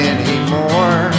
Anymore